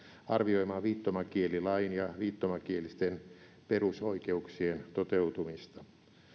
arvioimaan viittomakielilain ja viittomakielisten perusoikeuksien toteutumista